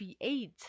create